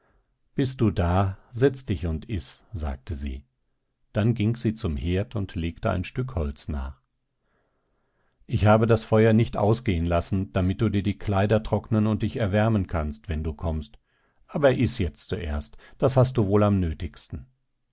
bist du da setz dich und iß sagte sie dann ging sie zum herd und legte ein stück holz nach ich habe das feuer nicht ausgehen lassen damit du dir die kleider trocknen und dich erwärmen kannst wenn du kommst aber iß jetzt zuerst das hast du wohl am nötigsten